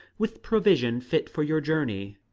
with provision fit for your journey.